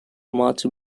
much